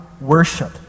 worship